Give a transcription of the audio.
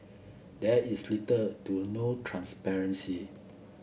there is little to no transparency